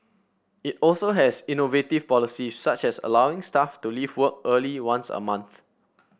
it also has innovative policies such as allowing staff to leave work early once a month